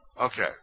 Okay